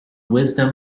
wisdom